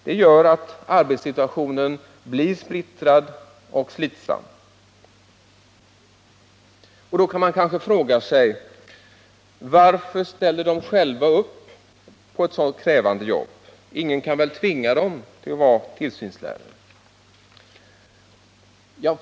Det gör att arbetet blir splittrat och slitsamt. Då kan man kanske fråga sig: Varför ställer de själva upp på ett sådant krävande jobb? Ingen kan väl tvinga dem att vara tillsynslärare?